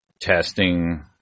testing